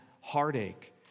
heartache